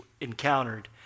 encountered